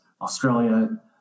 Australia